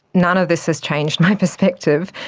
none of this has changed my perspective,